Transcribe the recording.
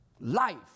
life